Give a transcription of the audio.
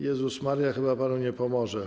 Jezus Maria chyba panu nie pomoże.